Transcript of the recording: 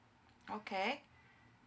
okay